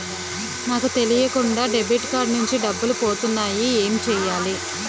నాకు తెలియకుండా debit card నుంచి డబ్బులు పోతున్నాయి ఎం చెయ్యాలి?